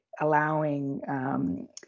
allowing